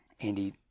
Andy